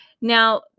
Now